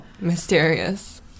mysterious